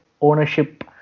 ownership